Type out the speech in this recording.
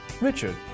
Richard